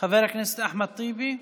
חבר הכנסת אחמד טיבי,